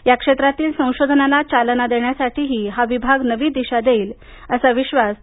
या क्षेत्रात संशोधनाला चालना देण्यासाठी हा विभाग नवी दिशा देईल असा विश्वास डॉ